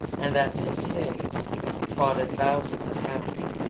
and at his heels trotted bowser the hound.